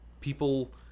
people